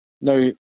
Now